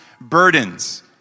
burdens